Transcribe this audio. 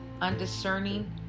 undiscerning